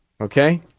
Okay